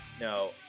no